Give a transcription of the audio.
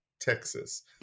Texas